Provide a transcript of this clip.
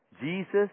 Jesus